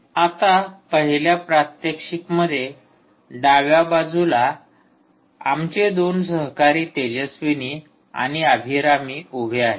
आता पहिल्या प्रात्यक्षिक मध्ये डाव्या बाजूला आमचे दोन सहकारी तेजस्विनी आणि अभिरामी उभे आहेत